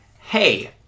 hey